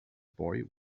boy